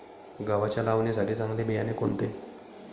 गव्हाच्या लावणीसाठी चांगले बियाणे कोणते?